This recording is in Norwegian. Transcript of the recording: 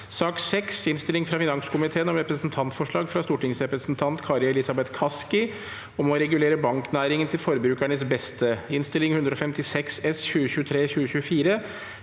2023 Innstilling fra finanskomiteen om Representantforslag fra stortingsrepresentant Kari Elisabeth Kaski om å regulere banknæringen til forbrukernes beste (Innst. 156 S (2023–2024),